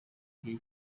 igihe